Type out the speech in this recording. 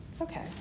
Okay